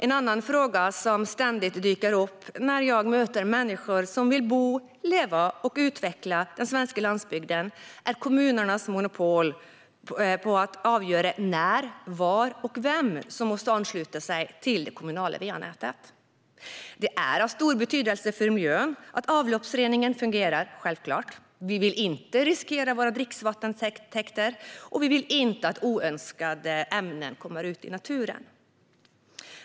En annan fråga som ständigt dyker upp när jag möter människor som vill bo, leva på och utveckla den svenska landsbygden är kommunernas monopol på att avgöra när, var och vem som måste ansluta sig till det kommunala va-nätet. Det är självklart av stor betydelse för miljön att avloppsreningen fungerar. Vi vill inte riskera våra dricksvattentäkter, och vi vill inte att oönskade ämnen kommer ut i naturen.